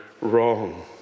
wrong